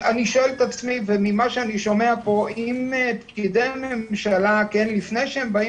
אני שומע פה את פקידי הממשלה ואני שואל את עצמי אם הם